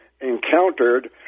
encountered